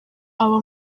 aba